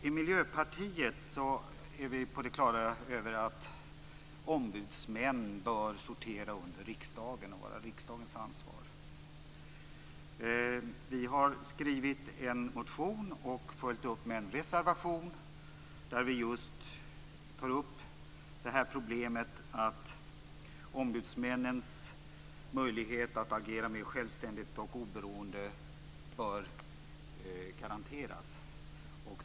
I Miljöpartiet är vi på det klara med att ombudsmän bör sortera under riksdagen och vara riksdagens ansvar. Vi har skrivit en motion, och följt upp med en reservation, där vi just tar upp problemet att ombudsmännens möjlighet att agera mer självständigt och oberoende bör garanteras.